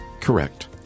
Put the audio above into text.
Correct